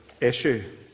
issue